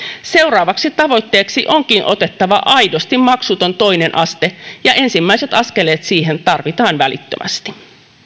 seuraavaksi tavoitteeksi onkin otettava aidosti maksuton toinen aste ja ensimmäiset askeleet siihen tarvitaan välittömästi